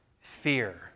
fear